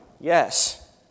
Yes